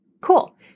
Cool